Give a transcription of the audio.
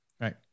Right